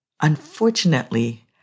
unfortunately